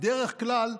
בדרך כלל,